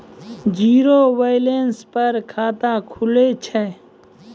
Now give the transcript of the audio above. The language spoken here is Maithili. जीरो बैलेंस पर खाता खुले छै?